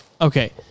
Okay